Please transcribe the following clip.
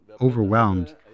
overwhelmed